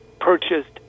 purchased